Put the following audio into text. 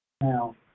Now